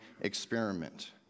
experiment